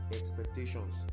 expectations